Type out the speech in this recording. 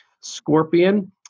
Scorpion